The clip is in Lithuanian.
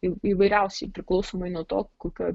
į įvairiausiai priklausomai nuo to kokioj